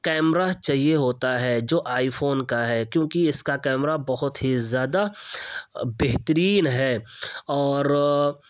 camera چاہیے ہوتا ہے جو آئی فون کا ہے کیونکہ اس کا کیمرہ بہت ہی زیادہ بہترین ہے اور